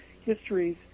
histories